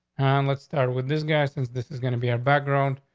and let's start with this guy, since this is gonna be a background.